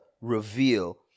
reveal